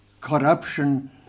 corruption